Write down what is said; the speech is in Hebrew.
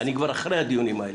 אני כבר אחרי הדיונים האלה,